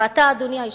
ואתה, אדוני היושב-ראש,